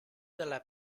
dalla